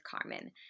Carmen